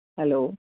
hello